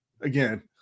again